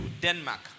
denmark